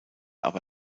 aber